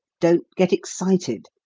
don't get excited.